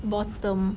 bottom